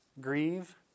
grieve